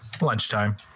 lunchtime